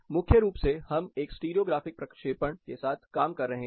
मुख्य रूप से हम एक स्टीरियो ग्राफिक प्रक्षेपण के साथ काम कर रहे हैं